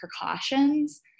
precautions